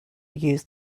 use